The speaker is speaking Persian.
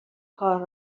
کار